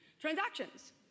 transactions